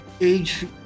age